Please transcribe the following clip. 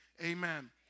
Amen